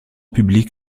public